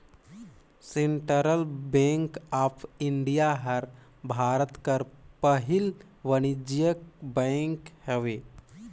central bank of India हर भारत कर पहिल वानिज्यिक बेंक हवे